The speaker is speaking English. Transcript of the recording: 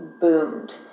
boomed